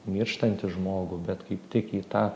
mirštantį žmogų bet kaip tik į tą